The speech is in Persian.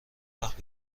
وقت